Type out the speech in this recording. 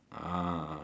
uh